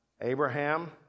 Abraham